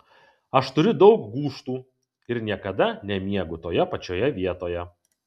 aš turiu daug gūžtų ir niekada nemiegu toje pačioje vietoje